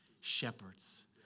Shepherds